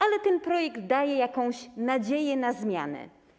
Ale ten projekt daje jakąś nadzieję na zmianę.